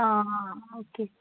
आं आं ओके